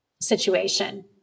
situation